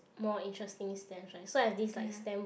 more interesting stamps right so I have this like stamp book